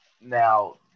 Now